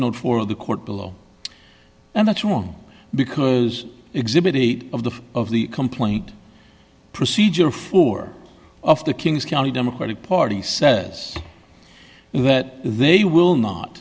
footnote for the court below and that's wrong because exhibit a of the of the complaint procedure for of the kings county democratic party says that they will not